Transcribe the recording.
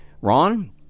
Ron